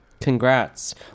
congrats